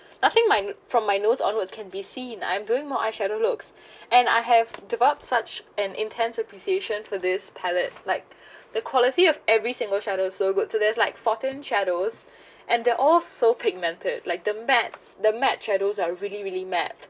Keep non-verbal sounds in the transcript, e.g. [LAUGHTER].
I think my from my nose onward can be seen I'm doing more eye shadow looks [BREATH] and I have developed such an intense appreciation for this palette like [BREATH] the quality of every single shadow so good so there's like fourteen shadows [BREATH] and they're all so pigmented like the matte the matte shadows are really really matte